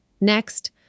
Next